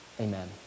amen